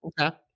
Okay